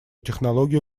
технологию